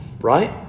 right